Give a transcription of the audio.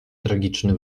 tragiczny